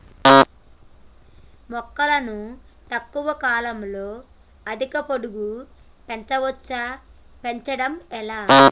మొక్కను తక్కువ కాలంలో అధిక పొడుగు పెంచవచ్చా పెంచడం ఎలా?